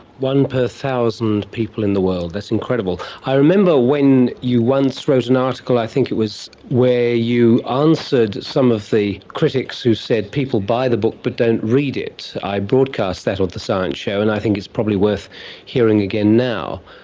one per one thousand people in the world, that's incredible. i remember when you once wrote an article, i think it was where you answered some of the critics who said people buy the book but don't read it. i broadcast that on the science show and i think it's probably worth hearing again now.